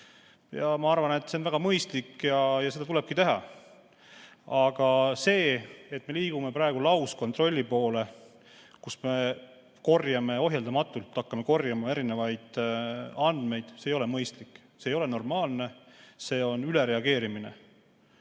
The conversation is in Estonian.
ma arvan, et see on väga mõistlik ja seda tulebki teha. Aga see, et me liigume praegu lauskontrolli poole, hakkame korjama erinevaid andmeid, ei ole mõistlik, ei ole normaalne. See on ülereageerimine.